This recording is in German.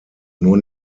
nur